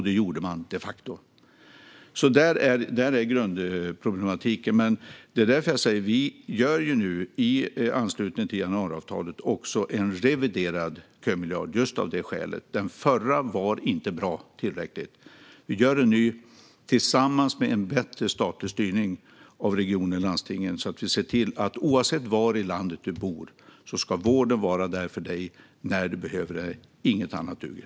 Det gjorde man de facto också. Där är grundproblematiken. I anslutning till januariavtalet gör vi nu en reviderad kömiljard just av det skälet. Den förra var inte tillräckligt bra. Vi gör en ny tillsammans med en bättre statlig styrning av regionerna och landstingen. Oavsett var i landet du bor ser vi till att vården finns för dig när du behöver den. Inget annat duger.